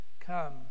come